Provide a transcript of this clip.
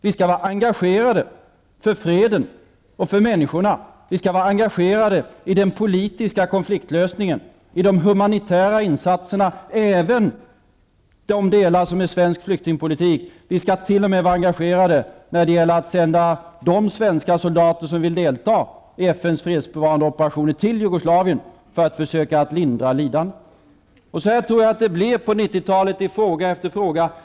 Vi skall vara engagerade för freden och för människorna. Vi skall vara engagerade i den politiska konfliktlösningen, i de humanitära insatserna, även de delar som är svensk flyktingpolitik. Vi skall t.o.m. vara engagerade när det gäller att sända de svenska soldater som vill delta i FN:s fredsbevarande operationer till Jugoslavien för att försöka lindra lidandet. Så här tror jag att det blir på 90-talet i fråga efter fråga.